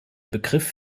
begriff